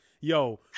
yo